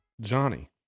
Johnny